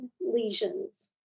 lesions